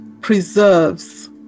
preserves